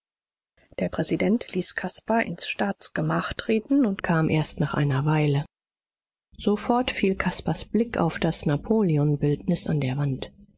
der präsident ließ caspar ins staatsgemach treten und kam erst nach einer weile sofort fiel caspars blick auf das napoleonbildnis an der wand